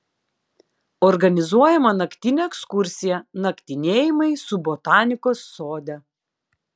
organizuojama naktinė ekskursija naktinėjimai su botanikos sode